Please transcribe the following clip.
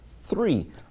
Three